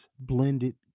blended